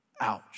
Ouch